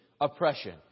oppression